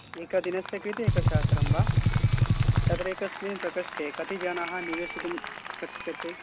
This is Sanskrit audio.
एकदिनस्य कृते एकसहस्रं वा तत्र एकस्मिन् प्रकोष्ठे कति जनाः निवसितुं शक्यते